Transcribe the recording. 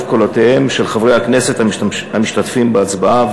קולותיהם של חברי הכנסת המשתתפים בהצבעה,